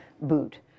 Boot